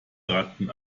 ratten